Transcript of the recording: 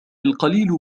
القليل